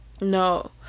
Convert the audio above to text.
no